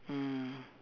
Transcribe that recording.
mm